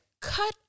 cut